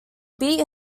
beat